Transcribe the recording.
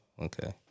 Okay